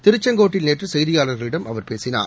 திருச்செங்கோட்டில் நேற்று செய்தியாளர்களிடம் அவர் பேசினார்